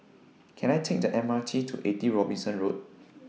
Can I Take The M R T to eighty Robinson Road